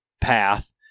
path